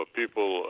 people